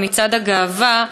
במצעד הגאווה,